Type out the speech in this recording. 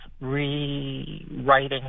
rewriting